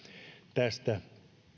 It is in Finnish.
tästä